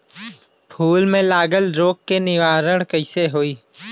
फूल में लागल रोग के निवारण कैसे होयी?